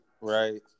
right